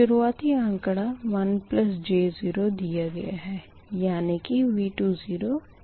शुरुआती आँकड़ा 1j0 दिया गया है